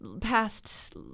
past